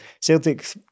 Celtic